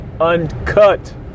Uncut